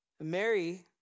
Mary